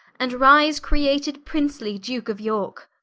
and rise created princely duke of yorke